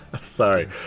sorry